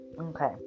Okay